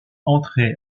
entrer